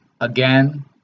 Again